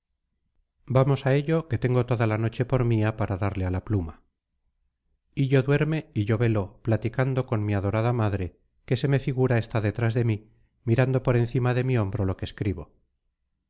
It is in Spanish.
vamos a ello que tengo toda la noche por mía para darle a la pluma hillo duerme y yo velo platicando con mi adorada madre que se me figura está detrás de mí mirando por encima de mi hombro lo que escribo